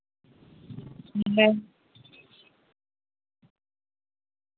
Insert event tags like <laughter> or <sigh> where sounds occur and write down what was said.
<unintelligible>